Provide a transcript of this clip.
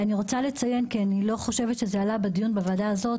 אני רוצה לציין - כי אני לא חושבת שזה עלה בדיון בוועדה הזאת,